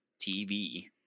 TV